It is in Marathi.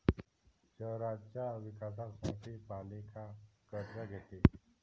शहराच्या विकासासाठी पालिका कर्ज घेते